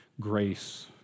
grace